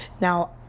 Now